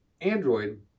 Android